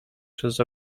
przez